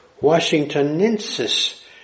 Washingtonensis